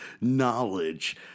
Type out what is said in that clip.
Knowledge